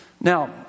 Now